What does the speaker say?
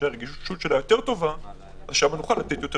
שהרגישות שלה טובה יותר - שם נוכל לתת יותר